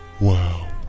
Wow